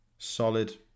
solid